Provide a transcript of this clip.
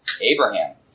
Abraham